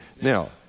Now